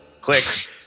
Click